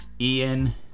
Ian